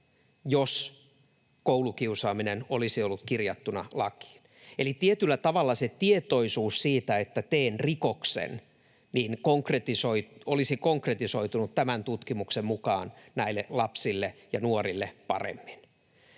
jos koulukiusaaminen olisi ollut kirjattuna lakiin. Eli tietyllä tavalla se tietoisuus siitä, että teen rikoksen, olisi konkretisoitunut tämän tutkimuksen mukaan näille lapsille ja nuorille paremmin.